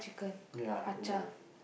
ya enough